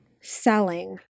selling